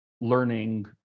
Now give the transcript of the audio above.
learning